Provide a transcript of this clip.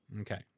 okay